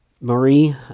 Marie